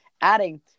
adding